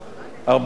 הרבה הוצאות.